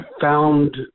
found